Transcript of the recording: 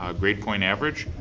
um grade point average,